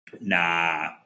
Nah